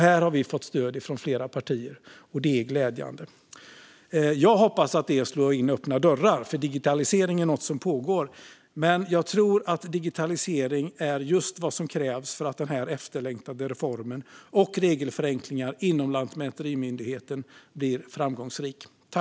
Här har vi fått stöd från flera partier, vilket är glädjande. Jag hoppas att det är att slå in öppna dörrar, för digitaliseringen är något som pågår. Men jag tror att digitalisering är just vad som krävs för att den här efterlängtade reformen och regelförenklingar inom lantmäterimyndigheterna blir framgångsrika.